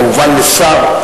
כמובן לשר,